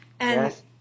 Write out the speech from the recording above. Yes